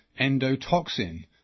endotoxin